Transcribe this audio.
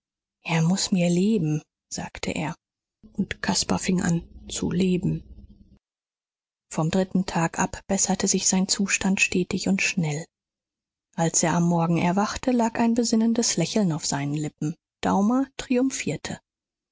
er muß mir leben sagte er und caspar fing an zu leben vom dritten tag ab besserte sich sein zustand stetig und schnell als er am morgen erwachte lag ein besinnendes lächeln auf seinen lippen daumer triumphierte